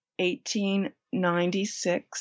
1896